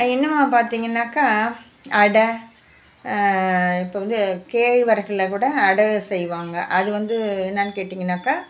இன்னமும் பார்த்திங்கனாக்கா அடை இப்போ வந்து கேழ்வரகில கூட அடை செய்வாங்க அது வந்து என்னான்னு கேட்டிங்கனாக்கா